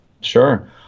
Sure